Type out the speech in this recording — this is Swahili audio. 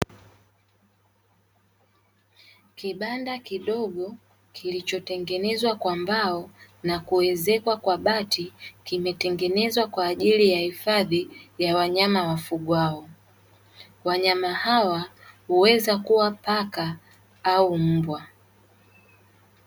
Kibanda kidogo kilichotengenezwa kwa mbao na kuezekwa kwa bati, kimetengenezwa kwa ajili ya hifadhi ya wanyama wafugwao. Wanyama hawa huweza kuwa paka au mbwa.